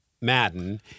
Madden